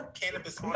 cannabis